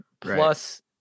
Plus